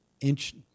inch